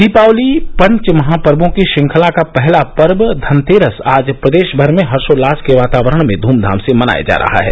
दीपावली पंच महापर्वो की श्रृंखला का पहला पर्व धनतेरस आज प्रदेश भर में हर्षोल्लास के वातावरण में धूमधाम से मनाया जा रहा है